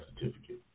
certificate